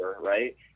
right